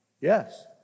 Yes